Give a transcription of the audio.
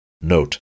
Note